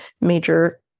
major